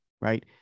right